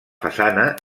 façana